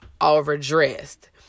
overdressed